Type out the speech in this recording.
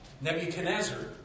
Nebuchadnezzar